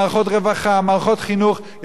מערכות רווחה, מערכות חינוך בבעיה.